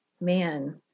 man